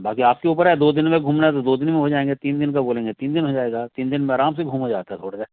बाकी आपके ऊपर है दो दिन में घूमना है तो दो दिन में हो जाएँगे तीन दिन का बोलेंगे तीन दिन हो जाएगा तीन दिन में आराम से घूमा जाता है थोड़ा सा